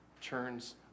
turns